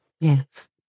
Yes